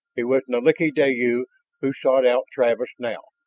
it was nalik'ideyu who sought out travis now,